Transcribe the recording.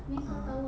!huh!